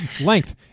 Length